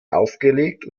aufgelegt